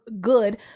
good